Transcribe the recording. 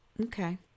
Okay